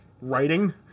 writing